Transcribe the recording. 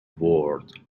world